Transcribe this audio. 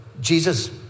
Jesus